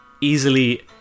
easily